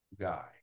guy